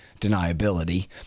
deniability